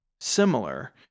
similar